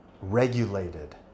regulated